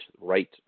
right